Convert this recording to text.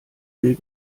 will